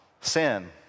sin